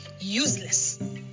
useless